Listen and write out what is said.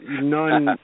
none